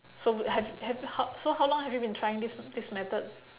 so have have how so how long have you been trying this this method